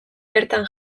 bertan